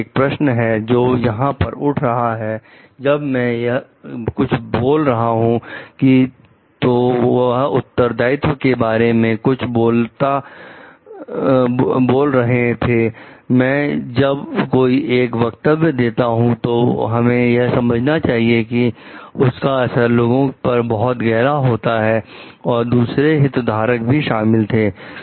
तो एक प्रश्न है जो यहां पर उठ रहा है जब मैं कुछ बोल रहा हूं तो वह उत्तरदायित्व के बारे में कुछ बोलता रहे थे मैं जब कोई एक वक्तव्य देता हूं तो हमें यह समझना चाहिए कि उसका असर लोगों पर बहुत गहरा होता है और दूसरे हित धारक भी शामिल थे